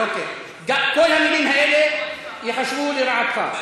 אוקיי, כל המילים האלה ייחשבו לרעתך.